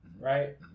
right